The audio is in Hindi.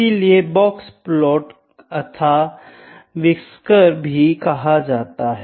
इसलिये बॉक्स तथा व्हिस्केर भी कहा जाता है